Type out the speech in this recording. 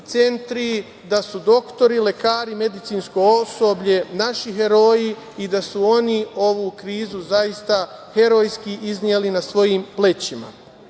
centri, da su doktori, lekari, medicinsko osoblje naši heroji i da su oni ovu krizu zaista herojski izneli na svojim plećima. Što